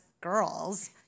girls